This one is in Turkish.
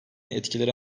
etkileri